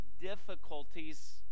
difficulties